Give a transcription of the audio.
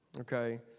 Okay